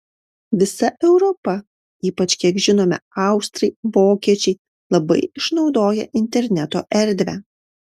visa europa ypač kiek žinome austrai vokiečiai labai išnaudoja interneto erdvę